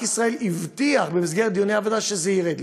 ישראל הבטיח במסגרת דיוני הוועדה שזה ירד.